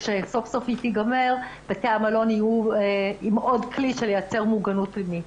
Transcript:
וכשסוף סוף היא תיגמר בתי המלון יהיו עם עוד כלי שייצר מוגנות מינית.